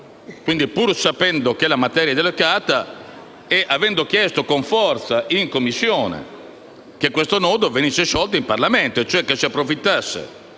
Quindi, pur sapendo che la materia è delicata, ho chiesto con forza in Commissione che questo nodo venisse sciolto in Parlamento, cioè che si approfittasse